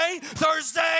Thursday